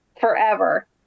forever